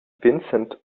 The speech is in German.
vincent